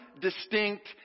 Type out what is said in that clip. distinct